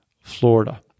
Florida